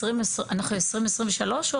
אנחנו מדברים על 2023?